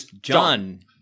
John